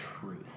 truth